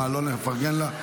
מה, לא נפרגן לה?